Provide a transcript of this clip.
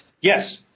yes